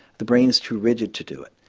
the brain's too rigid to do it.